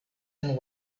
and